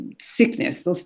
sickness